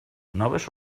noves